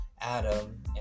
Adam